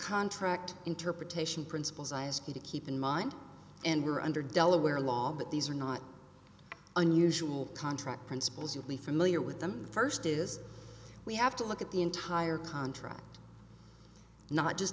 contract interpretation principles i ask you to keep in mind and we are under delaware law but these are not unusual contract principles that we familiar with them first is we have to look at the entire contract not just